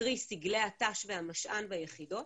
קרי סגלי תנאי שירות ומשאבי אנוש ביחידות,